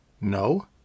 No